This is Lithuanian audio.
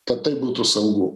kad tai būtų saugu